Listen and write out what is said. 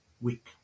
week